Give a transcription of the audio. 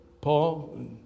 Paul